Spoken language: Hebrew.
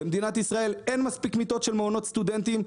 במדינת ישראל אין מספיק מיטות של מעונות סטודנטים.